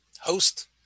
host